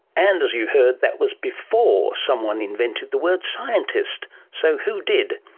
and as you heard, that was before someone invented the word scientist. so who did,